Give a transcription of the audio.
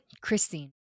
Christine